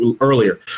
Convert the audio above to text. earlier